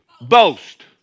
boast